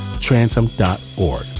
transom.org